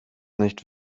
nicht